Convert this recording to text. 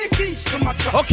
Okay